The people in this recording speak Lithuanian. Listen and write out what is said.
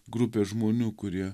grupė žmonių kurie